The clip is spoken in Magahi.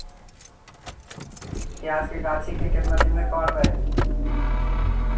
प्याज के गाछि के केतना दिन में कबाड़बै?